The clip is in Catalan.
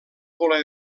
voler